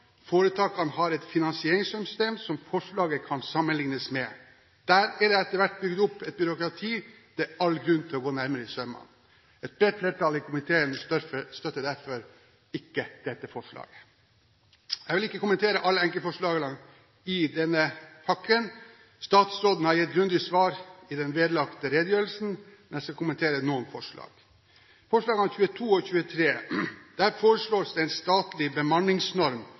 Foretakene har et finansieringssystem som forslaget kan sammenlignes med. Der er det etter hvert bygd opp et byråkrati det er all grunn til å gå nærmere etter i sømmene. Et bredt flertall i komiteen støtter derfor ikke dette forslaget. Jeg vil ikke kommentere alle punktene i denne pakken. Statsråden har gitt grundige svar i den vedlagte redegjørelsen, men jeg skal kommentere noen. Under punktene 22 og 23 foreslås det en statlig bemanningsnorm